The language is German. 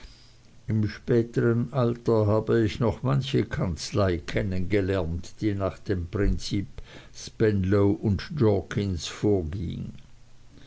im spätern alter habe ich noch manche kanzlei kennen gelernt die nach dem prinzip spenlow jorkins vorging